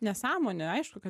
nesąmonė aišku kad